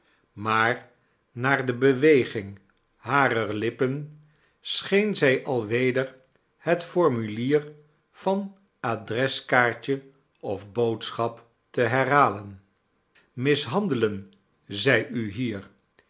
maar naar de beweging harer lippen scheen zij al weder het formulier van adreskaartje of boodschap te herhalen mishandelen zij u hier